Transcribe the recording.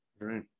Right